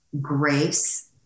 grace